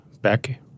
Back